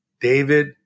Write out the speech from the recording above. David